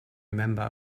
remember